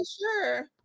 sure